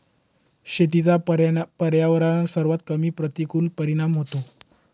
शेतीचा पर्यावरणावर सर्वात कमी प्रतिकूल परिणाम होतो